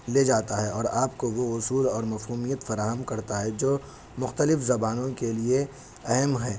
لے جاتا ہے اور آپ کو وہ اصول اور مفہومیت فراہم کرتا ہے جو مختلف زبانوں کے لیے اہم ہے